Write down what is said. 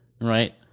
right